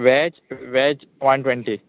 veg veg one twenty